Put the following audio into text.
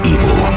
Evil